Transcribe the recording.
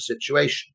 situation